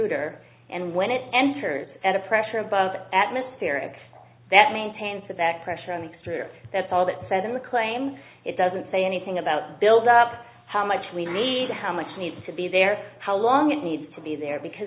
der and when it enters at a pressure above atmospheric that maintains the back pressure on the strip that's all that said in the claim it doesn't say anything about the build up how much we need how much needs to be there how long it needs to be there because